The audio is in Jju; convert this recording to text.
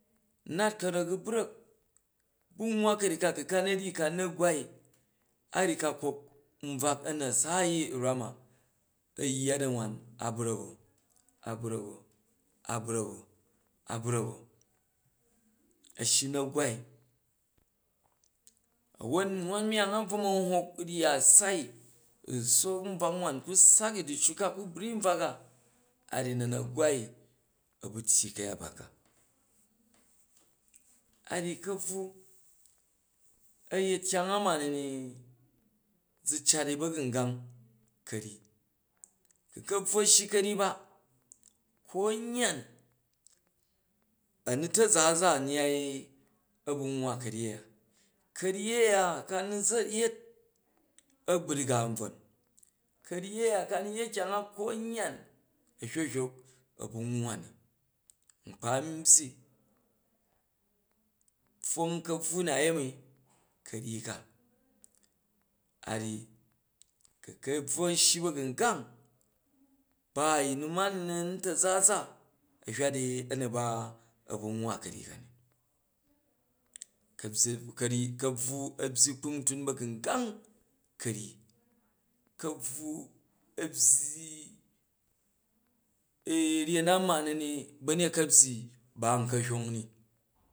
Nat ka̱rak u̱ brak ba̱ mwwa ka̱ryyi ka ku ka na̱ ryyi ka nu̱ gwai a ryyi ka kok nbvak a na̱ saai i u̱ rwam ma a yya dam wan a brak o, a brak o, a brak o a brak o, a̱ shi u na̱ gwai, a̱won wan myang a bva man hok ryya sai u̱ sook nbvak wan ku saki du̱ccu ka u ka gbri nbvaka, a ryyi na na̱ gwai a ba tyyi ka̱yat bat ka, a ryyi ka̱buwa a̱yet kyang a mani zu cat i ba̱gungang ka̱ryyi, ku ka̱bvwa ashyi ka̱ryyi ba konan a̱nu taza, uza a̱ nyyai a̱ bu mwwa ka̱ryyi a̱ya, ka̱uyyi a̱ya ka ne yet a̱burga nbvon, ka̱ryyi a̱ya ka na yet kyang a konyan a̱ hyok u hyok a̱ ba nwwa ni, nkpa nbyyi pfwong ka̱bvu nayemi ka̱ryi ka a ryyi a̱n shyi ba̱gangang ba a̱yin nu ma ni a̱ nutaza za, a̱hya di a̱ nu ba a̱ bu nwwa ka̱ryi ka ni, kabyi, ka̱ryyi, ka̱bvu a̱ byyi kpungtun ba̱gungang ka̱ryyi ka̱bva a̱ byyi u-ryen ma ni ni ba̱nyet ka ɓyyi ban ko hwong ni